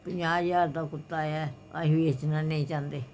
ਪੰਜਾਹ ਹਜ਼ਾਰ ਦਾ ਕੁੱਤਾ ਹੈ ਅਸੀਂ ਵੇਚਣਾ ਨਹੀਂ ਚਾਹੁੰਦੇ